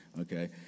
okay